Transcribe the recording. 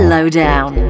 Lowdown